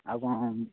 ଆଉ କ'ଣ